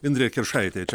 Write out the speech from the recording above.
indrė kiršaitė čia